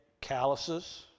calluses